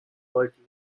bertie